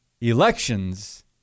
Elections